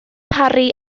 parry